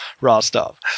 Rostov